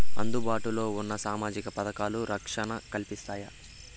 అందుబాటు లో ఉన్న సామాజిక పథకాలు, రక్షణ కల్పిస్తాయా?